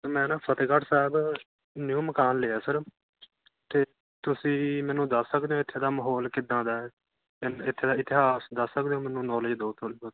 sir ਮੈਂ ਨਾ Fatehgarh Sahib new ਮਕਾਨ ਲਿਆ ਸਰ ਅਤੇ ਤੁਸੀਂ ਮੈਨੂੰ ਦੱਸ ਸਕਦੇ ਹੋ ਇੱਥੇ ਦਾ ਮਾਹੌਲ ਕਿੱਦਾਂ ਦਾ ਇੱਥੇ ਦਾ ਇਤਿਹਾਸ ਦੱਸ ਸਕਦੇ ਹੋ ਮੈਨੂੰ ਨੌਲੇਜ ਦਿਉ ਥੋੜ੍ਹੀ ਬਹੁਤ